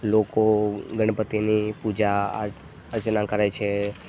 લોકો ગણપતિની પૂજા અર્ચના કરે છે